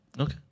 okay